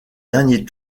dernier